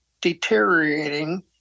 deteriorating